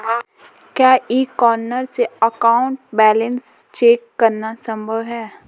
क्या e corner से account balance check करना संभव है?